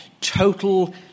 total